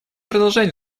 продолжать